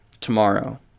tomorrow